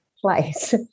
place